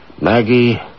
Maggie